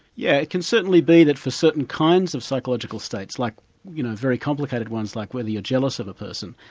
yeah it can certainly be that for certain kinds of psychological states, like you know very complicated ones like whether you're jealous of a person,